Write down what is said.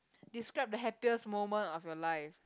describe the happiest moment of your life